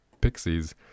pixies